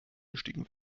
bestiegen